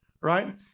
right